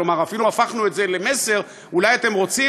כלומר אפילו הפכנו את זה למסר: אולי אתם רוצים